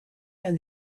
and